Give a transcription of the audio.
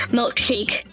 Milkshake